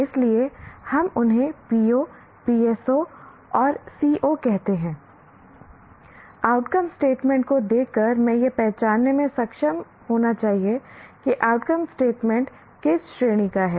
इसलिए हम उन्हें PO PSO और CO कहते हैं आउटकम स्टेटमेंट को देखकर मैं यह पहचानने में सक्षम होना चाहिए कि आउटकम स्टेटमेंट किस श्रेणी का है